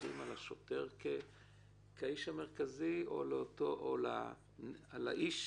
מסתכלים על השוטר כאיש המרכזי או על האיש